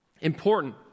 important